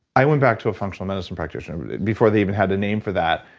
i went back to a functional medicine practitioner before they even had a name for that.